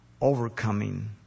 overcoming